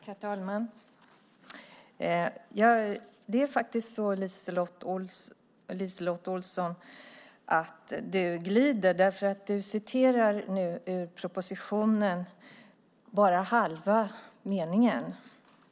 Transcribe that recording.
Herr talman! Det är faktiskt så, LiseLotte Olsson, att du glider därför att du bara tar med halva meningen ur propositionen.